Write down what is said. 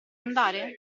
andare